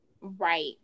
right